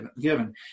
given